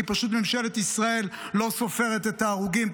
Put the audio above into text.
כי פשוט ממשלת ישראל לא סופרת את ההרוגים,